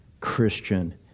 Christian